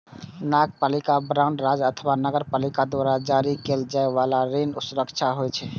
नगरपालिका बांड राज्य अथवा नगरपालिका द्वारा जारी कैल जाइ बला ऋण सुरक्षा होइ छै